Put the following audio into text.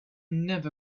never